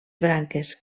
branques